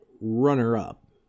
runner-up